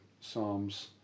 Psalms